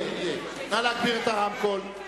נא להגביר את הרמקול.